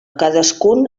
cadascun